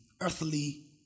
earthly